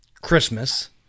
Christmas